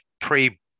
pre